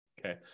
Okay